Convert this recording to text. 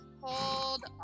Hold